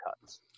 cuts